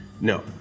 no